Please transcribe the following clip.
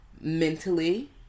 mentally